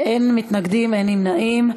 אין מתנגדים, אין נמנעים.